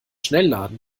schnellladen